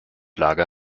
lager